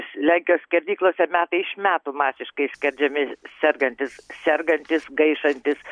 lenkijos skerdyklose metai iš metų masiškai skerdžiami sergantys sergantys gaišantys